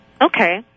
Okay